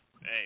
hey